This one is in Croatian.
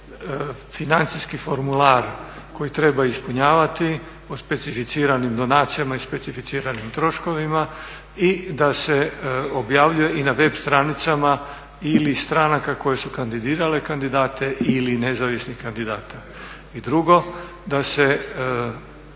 financijski formular koji treba ispunjavati o specificiranim donacijama i specificiranim troškovima i da se objavljuje i na web stranicama ili stranaka koje su kandidirale kandidate ili nezavisnih kandidata. I drugo, da se svi